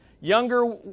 younger